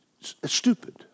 Stupid